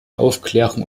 aufklärung